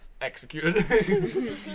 Executed